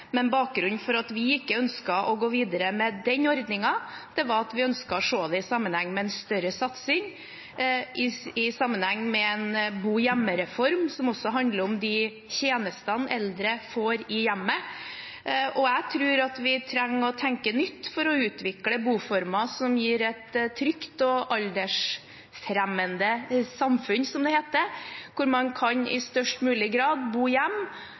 Men bakgrunnen for at vi ikke ønsker å gå videre med den ordningen, er at vi ønsker så se det i sammenheng med en større satsing, i sammenheng med en bo-hjemme-reform, som også handler om de tjenestene eldre får i hjemmet. Jeg tror at vi trenger å tenke nytt for å utvikle boformer som gir et trygt og aldersfremmende samfunn, som det heter, hvor de eldre i størst mulig grad kan bo